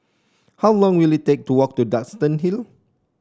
how long will it take to walk to Duxton Hill